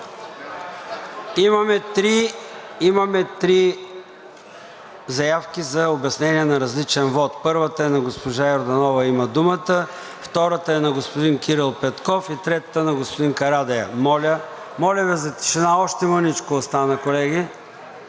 Имаме три заявки за обяснение на различен вот. Първата е на госпожа Йорданова – и има думата, втората е на господин Кирил Петков, третата – на господин Карадайъ. Моля Ви за тишина, още мъничко остана, колеги.